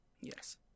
yes